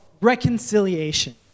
reconciliation